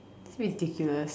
ridiculous